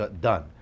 done